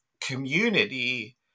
community